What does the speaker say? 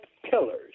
pillars